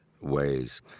ways